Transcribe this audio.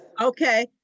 okay